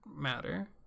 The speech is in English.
matter